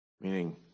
Meaning